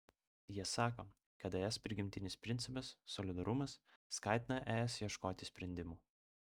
jie sako kad es prigimtinis principas solidarumas skatina es ieškoti sprendimų